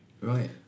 Right